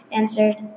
answered